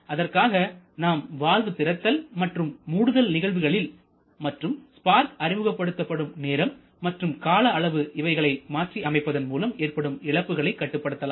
அதற்காக நாம் வால்வு திறத்தல் மற்றும் மூடுதல் நிகழ்வுகளில் மற்றும் ஸ்பார்க் அறிமுகப்படுத்தப்படும் நேரம் மற்றும் கால அளவு இவைகளை மாற்றி அமைப்பதன் மூலம் ஏற்படும் இழப்புகளை கட்டுப்படுத்தலாம்